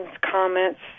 comments